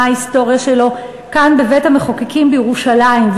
ההיסטוריה שלו כאן בבית-המחוקקים בירושלים.